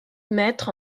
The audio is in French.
maître